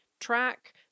track